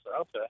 okay